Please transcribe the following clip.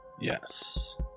Yes